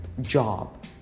job